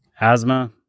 Asthma